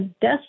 death